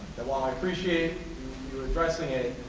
while i appreciate you addressing it,